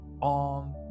on